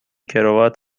کراوات